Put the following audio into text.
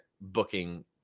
booking